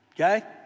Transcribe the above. Okay